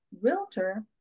realtor